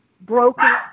broken